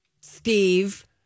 Steve